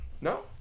No